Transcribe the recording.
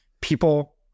people